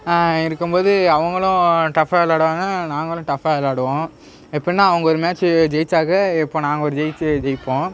இருக்கும்போது அவங்களும் டஃப்பாக விளாடுவாங்க நாங்களும் டஃப்பாக விளாடுவோம் எப்புடின்னா அவங்க ஒரு மேட்ச் ஜெயிச்சாக்க இப்போ நாங்கள் ஒரு ஜெயிச்சு ஜெயிப்போம்